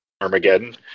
Armageddon